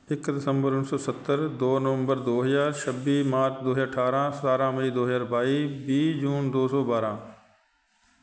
ਇੱਕ ਦਸੰਬਰ ਉੱਨੀ ਸੌ ਸੱਤਰ ਦੋ ਨਵੰਬਰ ਦੋ ਹਜ਼ਾਰ ਛੱਬੀ ਮਾਰਚ ਦੋ ਹਜ਼ਾਰ ਅਠਾਰ੍ਹਾਂ ਸਤਾਰ੍ਹਾਂ ਮਈ ਦੋ ਹਜ਼ਾਰ ਬਾਈ ਵੀਹ ਜੂਨ ਦੋ ਸੌ ਬਾਰ੍ਹਾਂ